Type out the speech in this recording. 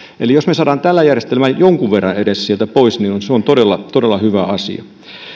eli jos me saamme tällä järjestelmällä jonkun verran edes sieltä pois niin se on todella todella hyvä asia